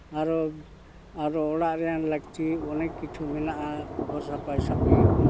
ᱟᱨᱚ ᱟᱨᱚ ᱚᱲᱟᱜ ᱨᱮᱭᱟᱝ ᱞᱟᱹᱠᱛᱤ ᱚᱱᱮᱠ ᱠᱤᱪᱷᱩ ᱢᱮᱱᱟᱜᱼᱟ ᱜᱷᱚᱨ ᱥᱟᱯᱷᱟᱼᱥᱟᱯᱷᱤ